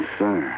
sir